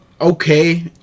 okay